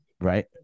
Right